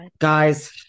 Guys